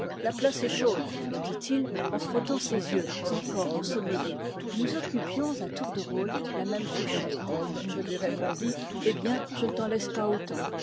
la place est chaude me dit-il en frottant ses yeux encore ensommeillés nous occupions à tour de rôle la même couchette je lui répondis eh bien je ne t'en laisse pas autant